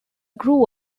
grew